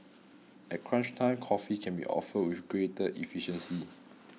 at crunch time coffee can be offered with greater efficiency